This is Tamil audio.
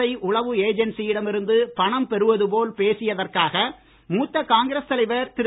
ஐ உளவு ஏஜென்சியிடம் இருந்து பணம் பெறுவது போல் பேசியதற்காக மூத்த காங்கிரஸ் தலைவர் திரு